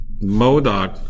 Modoc